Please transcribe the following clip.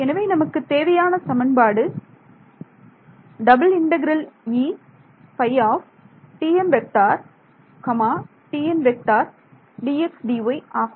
எனவே நமக்குத் தேவையான சமன்பாடு ஆகும்